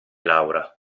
laura